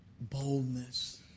boldness